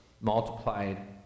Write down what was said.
multiplied